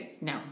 No